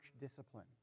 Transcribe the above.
discipline